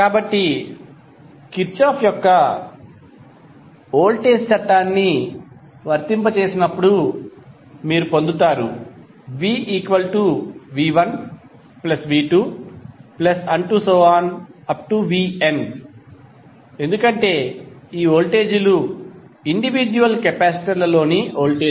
కాబట్టి కిర్చోఫ్ యొక్క వోల్టేజ్ చట్టాన్ని వర్తింపజేసినప్పుడు మీరు పొందుతారు vv1v2vn ఎందుకంటే ఈ వోల్టేజీలు ఇండివిడ్యుయల్ కెపాసిటర్లలోని వోల్టేజ్